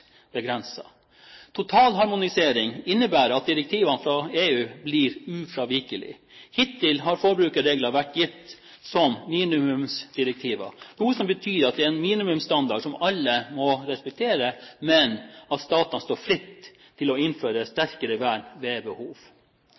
innebærer at direktivene fra EU blir ufravikelige. Hittil har forbrukerregler vært gitt som minimumsdirektiver, noe som betyr at det er en minimumsstandard som alle må respektere, men at statene står fritt til å innføre sterkere vern ved behov.